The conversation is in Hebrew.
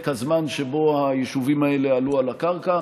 הזמן שבו היישובים האלה עלו על הקרקע,